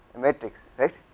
matrix right,